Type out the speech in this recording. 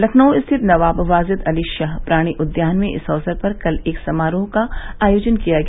लखनऊ स्थित नवाब वाजिद अली शाह प्राणी उद्यान में इस अक्सर पर कल एक समारोह का आयोजन किया गया